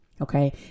okay